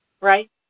Right